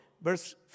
verse